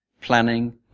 planning